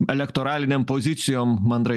elektoralinėm pozicijom mandrai